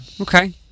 Okay